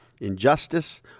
injustice